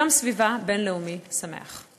יום סביבה בין-לאומי שמח.